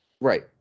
Right